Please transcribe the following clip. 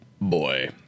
Boy